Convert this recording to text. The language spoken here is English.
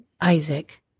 Isaac